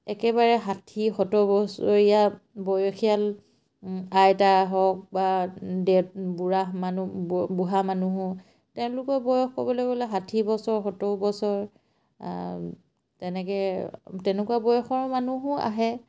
একেবাৰে ষাঠি সত্তৰ বছৰীয়া বয়সীয়াল আইতা হওক বা বুঢ়া মানুহ বুঢ়া মানুহো তেওঁলোকৰ বয়স ক'বলৈ গ'লে ষাঠি বছৰ সত্তৰ বছৰ তেনেকৈ তেনেকুৱা বয়সৰ মানুহো আহে